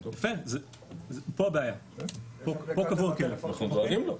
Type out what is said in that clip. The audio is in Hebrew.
אנחנו דואגים לו.